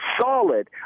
solid